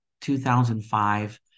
2005